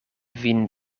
vin